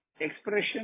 expression